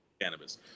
cannabis